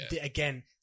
again